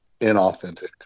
inauthentic